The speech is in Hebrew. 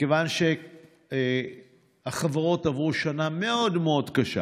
מכיוון שהחברות עברו שנה מאוד מאוד קשה